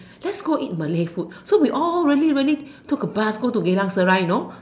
let's go eat Malay food so we all really really took a bus go to Geylang Serai you know